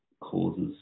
causes